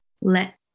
let